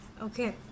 Okay